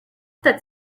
that